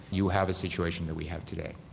you have a situation that we have today.